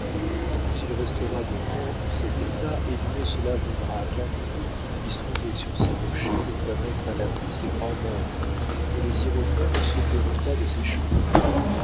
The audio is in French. plus il restera de temps en cet état et mieux cela vaudra car je doute qu'il puisse trouver sur ces rochers de quoi mettre à l'abri ses grands membres et les iroquois ne se paieront pas de ses chants